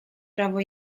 prawo